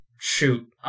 Shoot